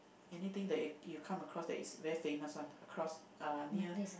anything that you you come across that is very famous one across uh near